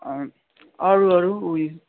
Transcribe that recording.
अरू अरू उयो